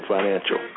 Financial